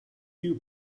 dew